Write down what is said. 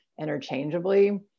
interchangeably